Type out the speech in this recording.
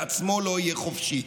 בעצמו לא יהיה חופשי.